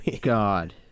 God